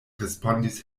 respondis